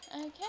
Okay